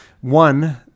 one